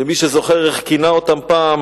שמי שזוכר איך כינה אותן פעם